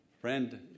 Friend